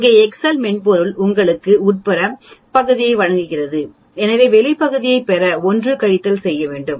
இங்கே எக்செல் மென்பொருள் உங்களுக்கு உட்புற பகுதியை வழங்குகிறது எனவே வெளி பகுதியைப் பெற 1 கழித்தல் செய்ய வேண்டும்